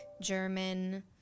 German